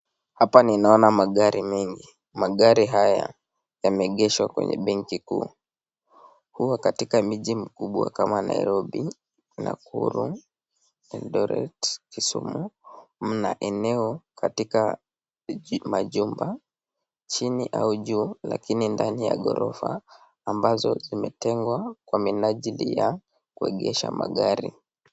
Hapa ninaona magari, mengi magari haya yameegeshwa kwenye benki kuu, huuko katika miji mikubwa kama Nairobi, Nakuru, Eldoret ,kisumu mna eneo katika majumba chini au juu lakinindani ya ghorofa ambazo zimetengwa kwa mnajili wa kuegesha magari.